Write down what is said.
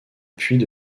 puits